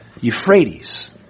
Euphrates